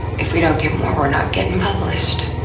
if we don't get more, we're not getting published.